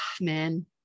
man